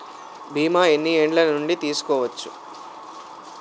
బీమా ఎన్ని ఏండ్ల నుండి తీసుకోవచ్చు?